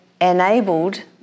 enabled